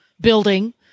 building